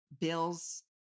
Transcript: bills